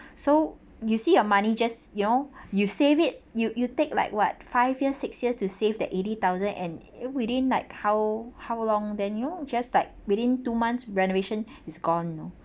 so you see your money just you know you save it you you take like what five years six years to save that eighty thousand and within like how how long than you know just like within two months renovation it's gone